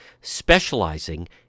specializing